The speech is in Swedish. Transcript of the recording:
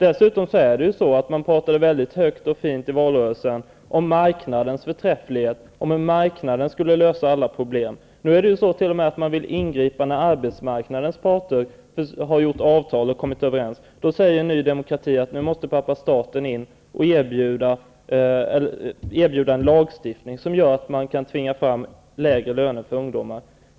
Man pratade dessutom i valrörelsen mycket högt och fint om marknadens förträfflighet, om hur marknaden skulle lösa alla problem. Nu vill man t.o.m. ingripa när arbetsmarknadens parter har träffat avtal och kommit överens. Då säger Ny demokrati att pappa staten måste gå in och erbjuda en lagstiftning, som gör att man kan tvinga fram lägre löner för ungdomar.